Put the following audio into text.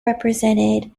represented